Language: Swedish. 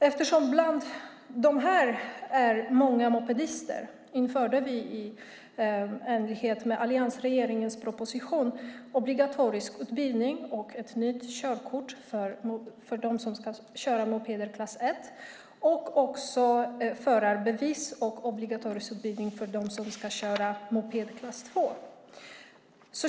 Eftersom många av dessa är mopedister införde vi i enlighet med alliansregeringens proposition obligatorisk utbildning och ett nytt körkort för dem som ska köra moped klass I och förarbevis och obligatorisk utbildning för dem som ska köra moped klass II.